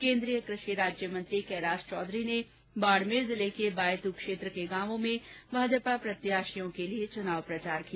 केन्द्रीय कृषि राज्यमंत्री कैलाश चौधरी ने बाडमेर जिले के बायत क्षेत्र के गांवों में भाजपा प्रत्याशियों के लिये चुनाव प्रचार किया